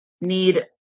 need